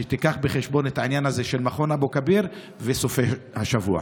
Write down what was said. שתיקח בחשבון את העניין הזה של מכון אבו כביר בסופי השבוע.